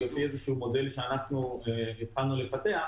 קודם כשישבנו כאן,